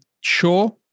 sure